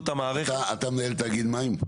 את המערכת --- אתה מנהל תאגיד מים?